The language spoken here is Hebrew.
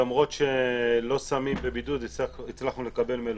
למרות שלא שמים בבידוד הצלחנו לקבל מלוניות,